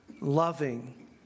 loving